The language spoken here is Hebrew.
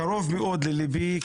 קרוב מאוד לליבי.